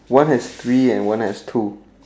one has three and one has two